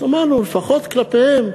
אז אמרנו, לפחות כלפיהם,